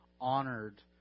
honored